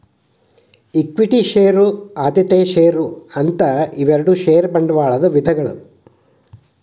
equity share ಆದ್ಯತೆಯ share ಅಂತ ಇವೆರಡು ಷೇರ ಬಂಡವಾಳದ ವಿಧಗಳು